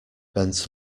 bent